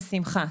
בשמחה.